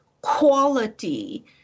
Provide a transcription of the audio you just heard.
quality